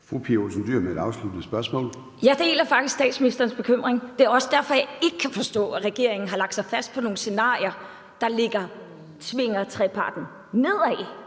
Pia Olsen Dyhr (SF): Jeg deler faktisk statsministerens bekymring. Det er også derfor, jeg ikke kan forstå, at regeringen har lagt sig fast på nogle scenarier, der tvinger treparten nedad